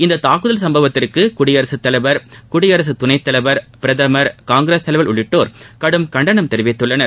இந்த தாக்குதல் சும்பவத்திற்கு குடியரசுத் தலைவர் குடியரசுத் துணைத் தலைவர் பிரதமர் காங்கிரஸ் தலைவர் உள்ளிட்டோர் கடும் கண்டனம் தெரிவித்துள்ளனர்